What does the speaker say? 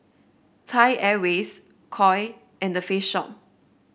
Thai Airways Koi and The Face Shop